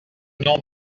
nom